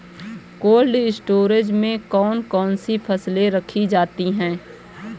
Cold storage में कौन कौन सी फसलें रखी जाती हैं?